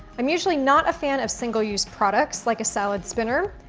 i'm usually not a fan of single use products, like a salad spinner,